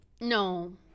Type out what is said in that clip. No